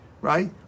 right